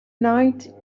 night